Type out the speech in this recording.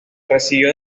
recibió